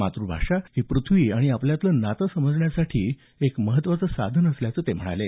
मातृभाषा ही पृथ्वी आणि आपल्यातलं नातं समजण्यासाठीचं एक महत्वाचं साधन असल्याचं ते म्हणाले